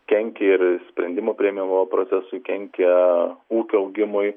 kenkia ir sprendimų priėmimo procesui kenkia ūkio augimui